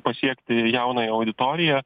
pasiekti jaunąją auditoriją